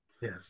Yes